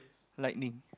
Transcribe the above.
lightning